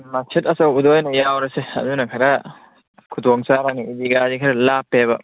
ꯃꯁꯖꯤꯠ ꯑꯆꯧꯕꯗ ꯑꯣꯏꯅ ꯌꯥꯎꯔꯁꯦ ꯑꯗꯨꯅ ꯈꯔ ꯈꯨꯗꯣꯡ ꯆꯥꯔꯅꯤ ꯏꯗꯤꯒꯥꯗꯤ ꯈꯔ ꯂꯥꯞꯄꯦꯕ